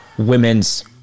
Women's